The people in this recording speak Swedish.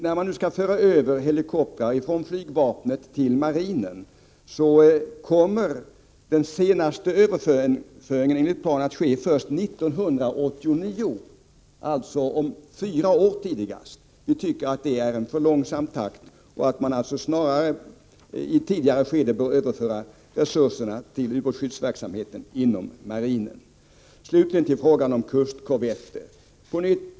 När man nu skall föra över helikoptrar från flygvapnet till marinen, sker detta så långsamt att den sista överföringen enligt planen sker först 1989, alltså tidigast om fyra år. Vi tycker att det är en alltför långsam takt. Man bör alltså i ett tidigare skede överföra resurserna till ubåtsskyddsverksamheten inom marinen. Till slut till frågan om kustkorvetterna.